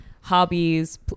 hobbies